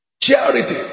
charity